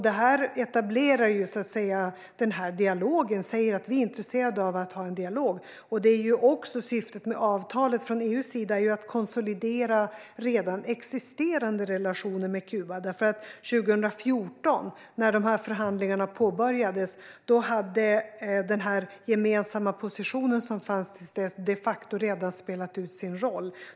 Detta etablerar den här dialogen - vi säger att vi är intresserade av att ha en dialog. Syftet med avtalet från EU:s sida är att konsolidera redan existerande relationer med Kuba. År 2014, när förhandlingarna påbörjades, hade den gemensamma position som fanns de facto redan spelat ut sin roll.